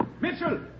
Mitchell